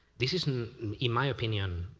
this is, in my opinion,